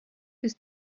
his